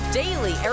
daily